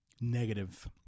negative